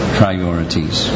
priorities